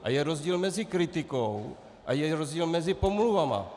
A je rozdíl mezi kritikou a je rozdíl mezi pomluvami.